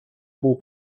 був